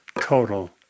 total